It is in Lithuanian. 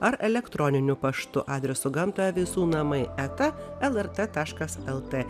ar elektroniniu paštu adresu gamta visų namai eta lrt taškas lt